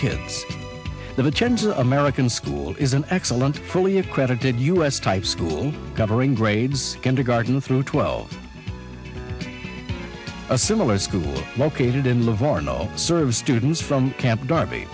gender american school is an excellent fully accredited u s type school covering grades kindergarten through twelve a similar school located in livorno serves students from camp darby